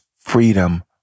freedom